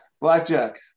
Blackjack